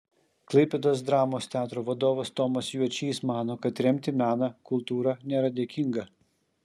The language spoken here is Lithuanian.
klaipėdos dramos teatro vadovas tomas juočys mano kad remti meną kultūrą nėra dėkinga